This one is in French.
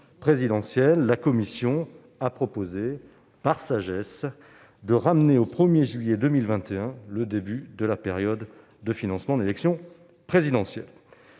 la commission a proposé, par sagesse, de ramener au 1 juillet 2021 le début de la période de financement de l'élection présidentielle.